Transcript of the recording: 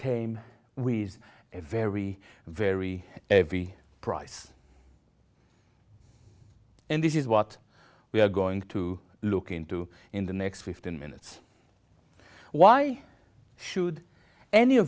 came with a very very every price and this is what we are going to look into in the next fifteen minutes why should any